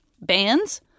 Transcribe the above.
bands